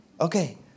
Okay